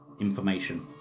information